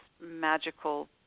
magical